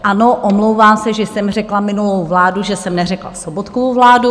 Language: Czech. Ano, omlouvám se, že jsem řekla minulou vládu, že jsem neřekla Sobotkovu vládu.